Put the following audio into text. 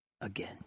again